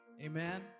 Amen